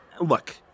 look